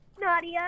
Nadia